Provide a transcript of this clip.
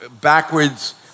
backwards